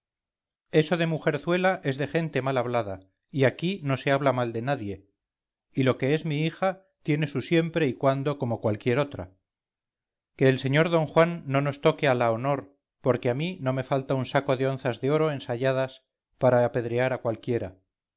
eso de mujerzuela es de gente mal hablada y aquí no se habla mal de nadie y lo que es mi hija tiene su siempre y cuando como cualquier otra que el sr d juan no nos toque a la honor porque a mí no me falta un saco de onzas de oro ensayadas para apedrear a cualquiera